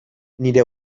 nire